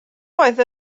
oedd